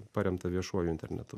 paremta viešuoju internetu